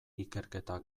ikerketa